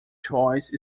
choice